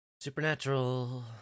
Supernatural